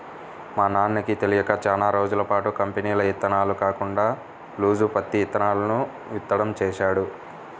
మా నాన్నకి తెలియక చానా రోజులపాటు కంపెనీల ఇత్తనాలు కాకుండా లూజు పత్తి ఇత్తనాలను విత్తడం చేశాడు